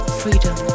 freedom